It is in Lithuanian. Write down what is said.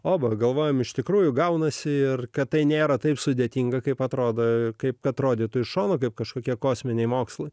abu galvojame iš tikrųjų gaunasi ir kad tai nėra taip sudėtinga kaip atrodo kaip atrodytų iš šono kaip kažkokie kosminiai mokslai